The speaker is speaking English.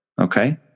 Okay